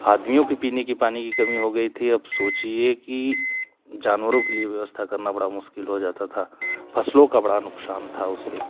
आदमियों के पीने के पानी की कमी हो गई थी अब सोचिए कि जानवरों के लिए व्यवस्था करना बड़ा मुश्किल हो जाता था फसलों का बड़ा नुकसान था उससे